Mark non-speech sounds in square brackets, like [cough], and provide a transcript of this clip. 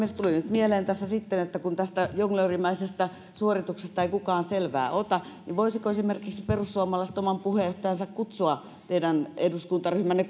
mieleeni tässä että kun tästä jonglöörimäisestä suorituksesta ei kukaan selvää ota niin voisivatko perussuomalaiset oman puheenjohtajansa kutsua esimerkiksi teidän eduskuntaryhmänne [unintelligible]